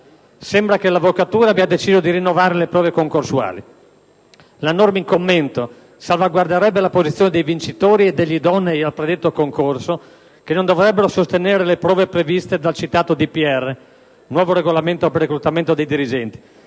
Sembra che l'Avvocatura abbia deciso di rinnovare le prove concorsuali. La norma in commento salvaguarderebbe la posizione dei vincitori e degli idonei al predetto concorso, che non dovrebbero sostenere le prove previste dal nuovo regolamento per il reclutamento dei dirigenti,